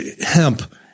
hemp